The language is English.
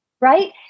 right